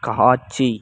காட்சி